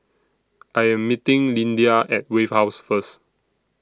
I Am meeting Lyndia At Wave House First